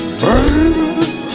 baby